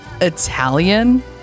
Italian